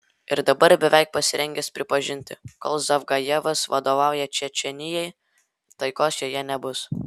ir dabar beveik pasirengęs pripažinti kol zavgajevas vadovauja čečėnijai taikos joje nebus